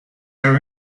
are